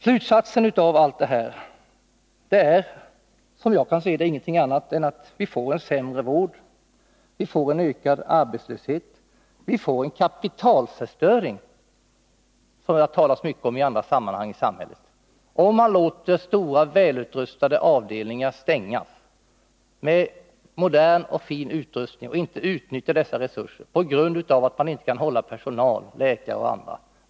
Slutsatsen av allt det här är, som jag kan se det, ingenting annat än ått vi får sämre vård, att vi får ökad arbetslöshet, att vi får en kapitalförstöring — något som det har talats mycket om i andra sammanhang i samhället — om man låter stora välförsedda avdelningar med modern och fin utrustning stängas och inte utnyttjar dessa resurser, på grund av att man inte kan hålla med personal, läkare och annat.